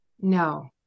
No